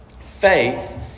Faith